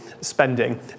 spending